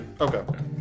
Okay